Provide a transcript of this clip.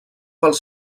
pels